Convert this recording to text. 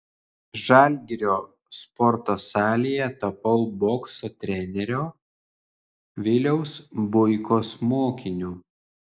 žalgirio sporto salėje tapau bokso trenerio viliaus buikos mokiniu